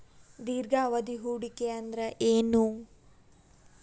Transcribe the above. ದೀರ್ಘಾವಧಿ ಹೂಡಿಕೆ ಅಂದ್ರ ಏನು?